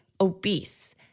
obese